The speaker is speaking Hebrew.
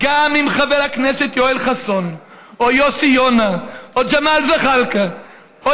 חבר הכנסת יואל חסון או יוסי יונה או ג'מאל זחאלקה או